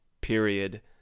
period